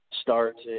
start